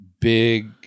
big